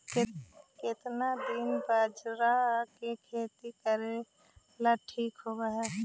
केतना दिन बाजरा के खेती करेला ठिक होवहइ?